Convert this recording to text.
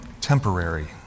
temporary